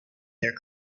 their